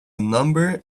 number